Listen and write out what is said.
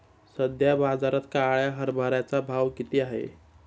सध्या बाजारात काळ्या हरभऱ्याचा भाव किती आहे?